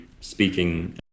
speaking